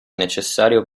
necessario